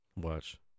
watch